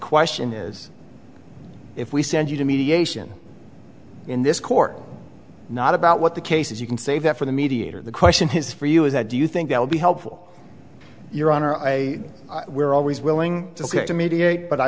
question is if we send you to mediation in this court not about what the case is you can say that for the mediator the question is for you is that do you think that would be helpful your honor i were always willing to speak to mediate but i